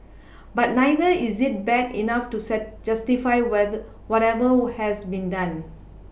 but neither is it bad enough to sad justify whether whatever has been done